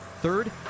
Third